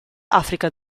africa